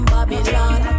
Babylon